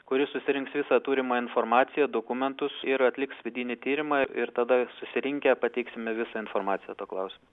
kuri susirinks visą turimą informaciją dokumentus ir atliks vidinį tyrimą ir tada susirinkę pateiksime visą informaciją tuo klausimu